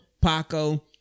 Paco